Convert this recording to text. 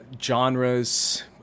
Genres